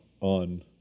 on